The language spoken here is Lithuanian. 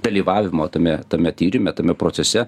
dalyvavimo tame tame tyrime tame procese